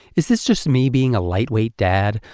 is this just me being a lightweight dad,